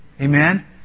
Amen